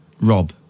Rob